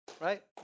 Right